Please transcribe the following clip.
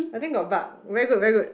I think got bug very good very good